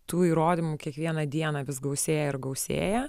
tų įrodymų kiekvieną dieną vis gausėja ir gausėja